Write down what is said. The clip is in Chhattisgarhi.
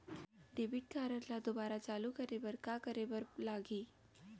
डेबिट कारड ला दोबारा चालू करे बर का करे बर लागही?